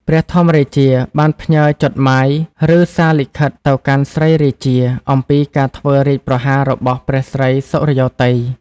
ព្រះធម្មរាជា បានផ្ញើចុតហ្មាយ ឬ សារលិខិត ទៅកាន់ស្រីរាជា អំពីការធ្វើរាជប្រហាររបស់ព្រះស្រីសុរិយោទ័យ។